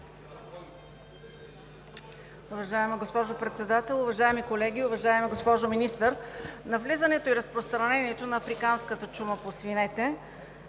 Уважаема госпожо Председател, уважаеми колеги! Уважаема госпожо Министър, навлизането и разпространението на африканската чума по свинете